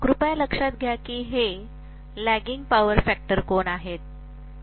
कृपया लक्षात घ्या की हे लॅगिंग पॉवर फॅक्टर कोन आहे